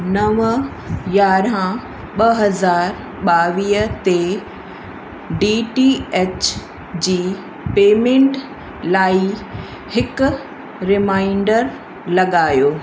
नव यारहं ॿ हज़ार ॿावीह ते डी टी एच जी पेमैंट लाइ हिकु रिमाइंडर लॻायो